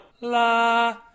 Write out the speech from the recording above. la